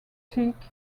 antique